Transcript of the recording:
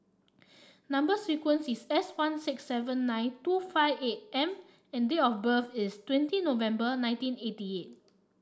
number sequence is S one six seven nine two five eight M and date of birth is twenty November nineteen eighty eight